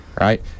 Right